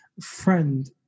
Friend